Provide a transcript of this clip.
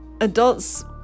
adults